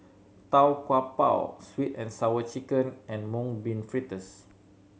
Tau Kwa Pau Sweet And Sour Chicken and Mung Bean Fritters